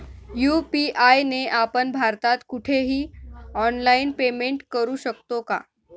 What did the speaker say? UPI ने आपण भारतात कुठेही ऑनलाईन पेमेंट करु शकतो का?